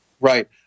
Right